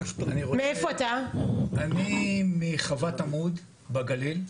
אני מחוות עמוד בגליל.